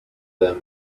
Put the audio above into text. them